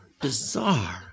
Bizarre